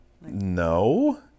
No